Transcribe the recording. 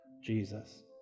Jesus